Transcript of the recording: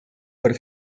per